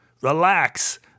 Relax